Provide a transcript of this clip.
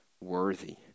worthy